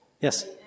Yes